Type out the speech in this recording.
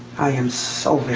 i am so